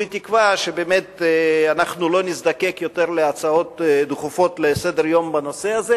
וכולי תקווה שאנחנו לא נצטרך להזדקק להצעות דחופות לסדר-היום בנושא הזה,